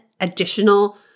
additional